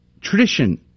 tradition